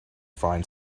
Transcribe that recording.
find